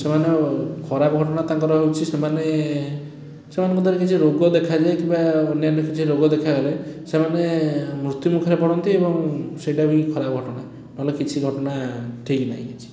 ସେମାନେ ଖରାପ ଘଟଣା ତାଙ୍କର ହେଉଛି ସେମାନେ ସେମାନଙ୍କ ମଧ୍ୟରେ କିଛି ରୋଗ ଦେଖାଯାଏ କିମ୍ବା ଅନ୍ୟାନ୍ୟ କିଛି ରୋଗ ଦେଖାଗଲେ ସେମାନେ ମୃତ୍ୟୁ ମୁଖରେ ପଡ଼ନ୍ତି ଏବଂ ସେଇଟା ବି ଖରାପ ଘଟଣା ନହେଲେ କିଛି ଘଟଣା ଠିକ୍ ନାହିଁ କିଛି